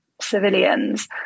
civilians